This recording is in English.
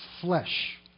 flesh